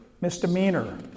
Misdemeanor